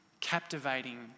captivating